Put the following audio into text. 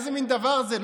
איזה מין דבר זה?